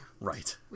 Right